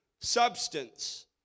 substance